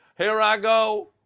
here i go.